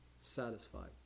satisfied